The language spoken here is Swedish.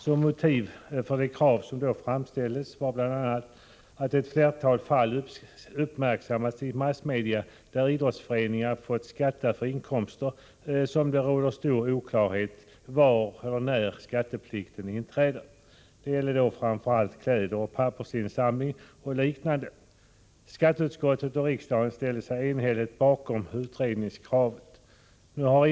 Som motiv för det krav som framställdes kan bl.a. anföras det faktum att — Nr 22 ett flertal fall uppmärksammats i massmedia, där idrottsföreningar fått skatta Onsdagen den för inkomster som det råder stor oklarhet om. Det gäller var eller när 7 november 1984 skatteplikt inträder. Det var framför allt fråga om klädoch pappersinsam= === lingar o.d. Lättnader i beskatt Skatteutskottet och riksdagen ställde sig enhälligt bakom utredningsningen av ideella kravet.